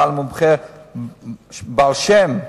מומחה בעל-שם,